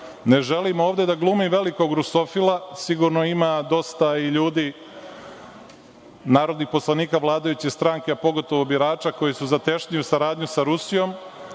Ne želim ovde da glumim velikog Rusofila, sigurno ima i dosta ljudi narodnih poslanika vladajuće stranke, a pogotovo birača, koji su za tesniju saradnju sa Rusijom,